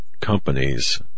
companies